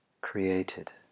created